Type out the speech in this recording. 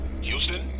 Houston